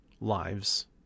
lives